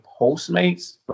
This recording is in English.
Postmates